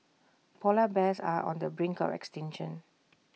Polar Bears are on the brink of extinction